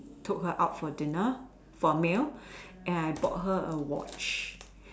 took her out for dinner for a meal and I bought her a watch